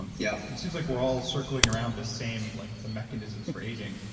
um yeah it seems like we're all circling around the same, like the mechanisms for aging.